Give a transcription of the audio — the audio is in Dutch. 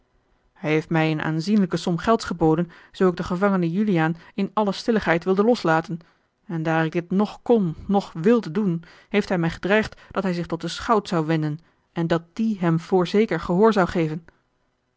hij heeft mij eene aanzienlijke som gelds geboden zoo ik den gevangene juliaan in alle stilligheid wilde loslaten en daar ik dit noch kon noch wilde doen heeft hij mij gedreigd dat hij zich tot den schout zou wenden en dat die hem voorzeker gehoor zou geven